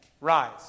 rise